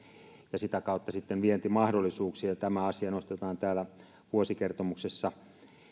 ja sitä kautta sitten vientimahdollisuuksia tämä asia nostetaan täällä vuosikertomuksessa